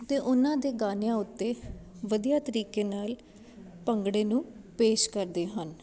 ਤੇ ਉਨ੍ਹਾਂ ਦੇ ਗਾਨਿਆਂ ਉੱਤੇ ਵਧੀਆ ਤਰੀਕੇ ਨਾਲ ਭੰਗੜੇ ਨੂੰ ਪੇਸ਼ ਕਰਦੇ ਹਨ